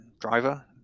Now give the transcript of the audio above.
Driver